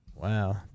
Wow